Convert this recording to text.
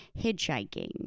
hitchhiking